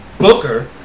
Booker